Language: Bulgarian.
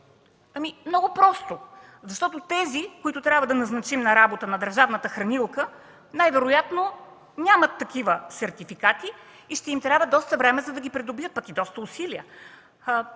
Ами, много просто – защото тези, които трябва да назначим на работа на държавната хранилка, най-вероятно нямат такива сертификати и ще им трябва доста време, пък и доста усилия,